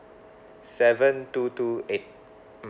seven two two eight mm